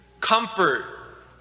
comfort